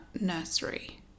nursery